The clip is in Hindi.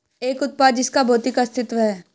एक उत्पाद जिसका भौतिक अस्तित्व है?